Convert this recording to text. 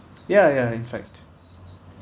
ya ya in fact